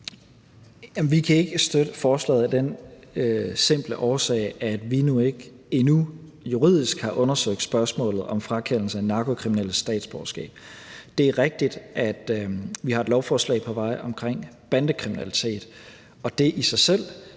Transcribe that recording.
Vi kan ikke støtte forslaget af den simple årsag, at vi endnu ikke juridisk har undersøgt spørgsmålet om frakendelse af narkokriminelles statsborgerskab. Det er rigtigt, at vi har et lovforslag på vej omkring bandekriminalitet, og det i sig selv